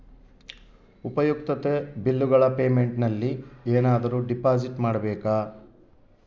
ಉಪಯುಕ್ತತೆ ಬಿಲ್ಲುಗಳ ಪೇಮೆಂಟ್ ನಲ್ಲಿ ಏನಾದರೂ ಡಿಪಾಸಿಟ್ ಮಾಡಬೇಕಾ?